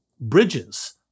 bridges